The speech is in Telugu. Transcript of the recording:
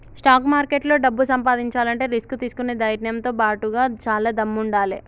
స్టాక్ మార్కెట్లో డబ్బు సంపాదించాలంటే రిస్క్ తీసుకునే ధైర్నంతో బాటుగా చానా దమ్ముండాలే